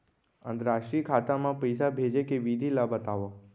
अंतरराष्ट्रीय खाता मा पइसा भेजे के विधि ला बतावव?